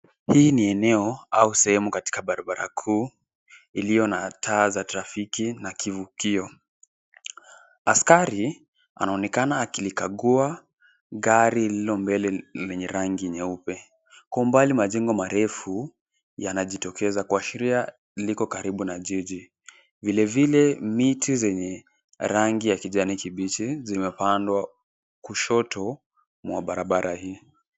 Hii ni eneo au sehemu katika barabara kuu iliyo na taa za trafiki na kivukio. Askari anaonekana akilikagua lililo mbele lenye rangi nyeupe. Kwa mbali majengo marefu yanajitokeza kuashiria liko karibu na jiji. Vile vile miti zenye rangi ya kijani kibichi zimepandwa kushoto mwa barabara hii.